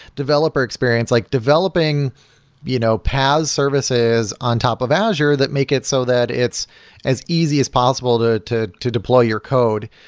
developer experience, like developing you know paas services on top of azure that make it so that it's as easy as possible to to to deploy your code.